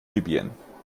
libyen